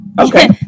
Okay